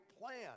plan